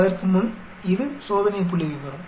அதற்கு முன் இது சோதனை புள்ளிவிவரம்